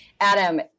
Adam